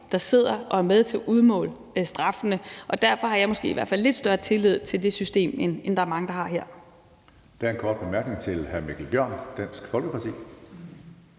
der sidder og er med til at udmåle straffene. Derfor har jeg måske lidt større tillid til det system, end mange har her.